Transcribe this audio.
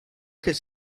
could